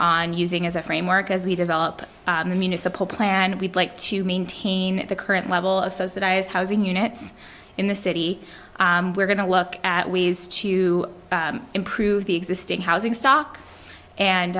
on using as a framework as we develop the municipal plan we'd like to maintain the current level of so that i as housing units in the city we're going to look at ways to improve the existing housing stock